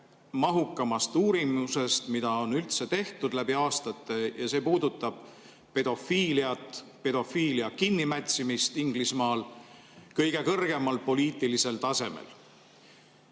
mahukamast uurimusest, mida on üldse Inglismaal tehtud läbi aastate, ja see puudutab pedofiiliat, pedofiilia kinnimätsimist kõige kõrgemal poliitilisel tasemel.